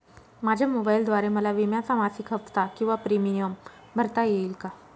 माझ्या मोबाईलद्वारे मला विम्याचा मासिक हफ्ता किंवा प्रीमियम भरता येईल का?